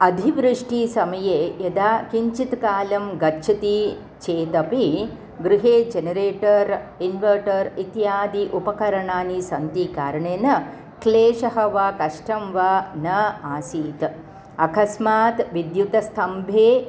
अधिवृष्टिसमये यदा किञ्चित् कालं गच्छति चेदपि गृहे जनरेटर् इन्वर्टर् इत्यादि उपकरणानि सन्ति कारणेन क्लेशः वा कष्टं वा न आसीत् अकस्मात् विद्युत्स्तम्भे